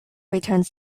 returns